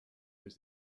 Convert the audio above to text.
was